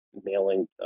mailing